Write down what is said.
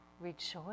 Rejoice